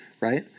right